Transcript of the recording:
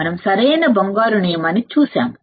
మనం సరైన బంగారు నియమాన్ని చూశాము